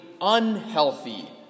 Unhealthy